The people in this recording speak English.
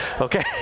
Okay